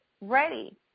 ready